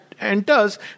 enters